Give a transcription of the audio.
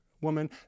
woman